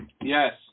Yes